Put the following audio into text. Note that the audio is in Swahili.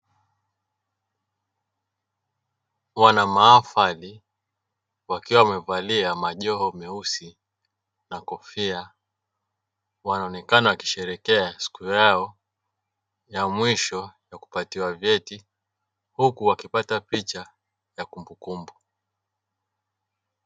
Wanamahafali wakiwa wamevalia majoho meusi na kofia wanaonekana wakisheherekea siku yao ya mwisho ya kupatiwa vyeti huku wakipata picha ya kumbukumbu.